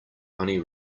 only